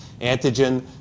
Antigen